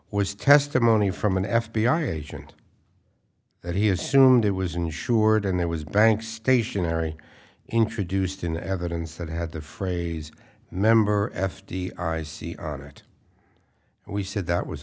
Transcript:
was testimony from an f b i agent that he assumed it was insured and there was bank stationery introduced in evidence that had the phrase member f d r i c on it and we said that was